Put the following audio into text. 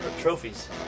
trophies